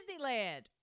Disneyland